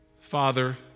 Father